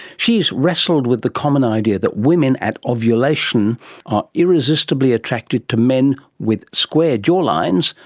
she has wrestled with the common idea that women at ovulation are irresistibly attracted to men with square jaw lines,